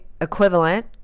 equivalent